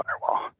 firewall